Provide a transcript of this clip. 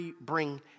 bring